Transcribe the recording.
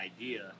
idea